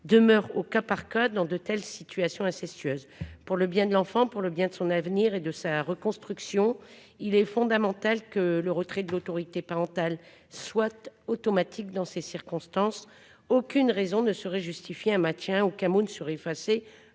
demeure au cas par cas dans de telles situations incestueuses ? Pour le bien de l'enfant, pour son avenir et sa reconstruction, il est fondamental que le retrait de l'autorité parentale soit automatique dans ces circonstances. Aucune raison ne saurait justifier le maintien de l'autorité